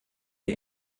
der